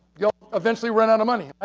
you'll eventually run out of money.